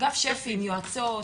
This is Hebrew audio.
אגף שפ"י עם יועצות,